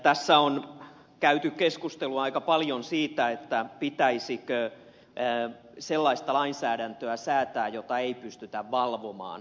tässä on käyty keskustelua aika paljon siitä pitäisikö sellaista lainsäädäntöä säätää jota ei pystytä valvomaan